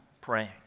praying